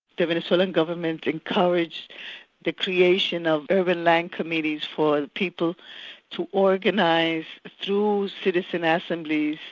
the venezuelan government encouraged the creation of urban land committees for people to organise through citizen assemblies,